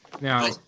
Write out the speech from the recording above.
Now